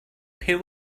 pure